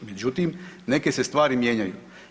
Međutim, neke se stvari mijenjanju.